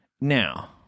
Now